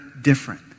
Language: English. different